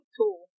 tool